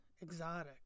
exotic